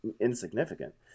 insignificant